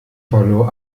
verlor